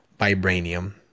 vibranium